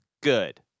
good